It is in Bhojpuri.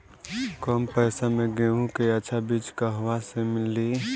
कम पैसा में गेहूं के अच्छा बिज कहवा से ली?